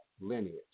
lineage